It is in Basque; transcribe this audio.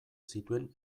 zituen